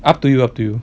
up to you up to you